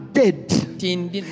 dead